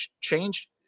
change